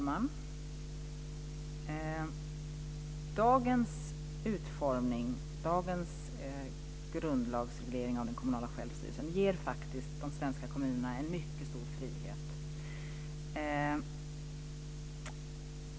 Herr talman! Dagens grundlagsreglering av den kommunala självstyrelsen ger faktiskt de svenska kommunerna en mycket stor frihet.